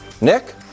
Nick